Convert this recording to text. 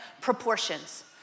proportions